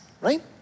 right